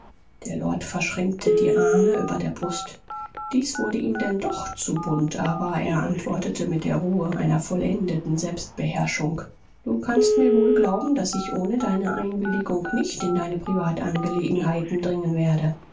der lord verschränkte die arme über der brust dies wurde ihm denn doch zu bunt aber er antwortete mit der ruhe einer vollendeten selbstbeherrschung du kannst mir wohl glauben daß ich ohne deine einwilligung nicht in deine privatangelegenheiten dringen werde